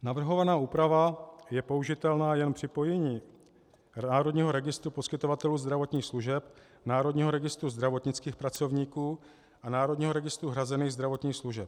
Navrhovaná úprava je použitelná jen připojením Národního registru poskytovatelů zdravotních služeb, Národního registru zdravotnických pracovníků a Národního registru hrazených zdravotních služeb.